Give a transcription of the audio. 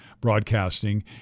broadcasting